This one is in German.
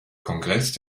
kongress